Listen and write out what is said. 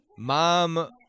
Mom